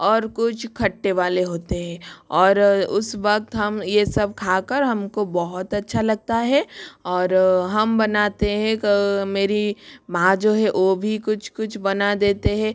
और कुछ खट्टे वाले होते हैं और उस वक़्त हम ये सब खा कर हम को बहुत अच्छा लगता है और हम बनाते हैं तो मेरी माँ जो है वो भी कुछ कुछ बना देते हैं